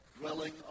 dwelling